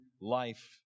life